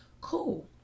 cool